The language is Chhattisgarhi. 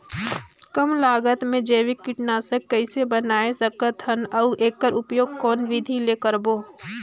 कम लागत मे जैविक कीटनाशक कइसे बनाय सकत हन अउ एकर उपयोग कौन विधि ले करबो?